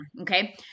okay